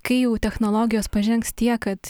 kai jau technologijos pažengs tiek kad